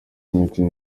imikino